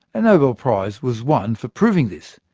a nobel prize was won for proving this.